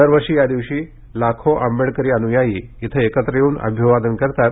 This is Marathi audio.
दरवर्षी या दिवशी लाखो आंबेडकरी अनुयायी इथं एकत्र येऊन अभिवादन करतात